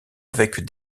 avec